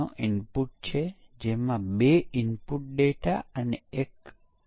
પરંતુ તે પછી પ્રશ્ન જે સ્વાભાવિક રીતે ઉદ્ભવે છે તે છે કે શું આપણે બધા યુનિટને એક સાથે ન ચકાસી શકીએ